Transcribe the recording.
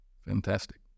Fantastic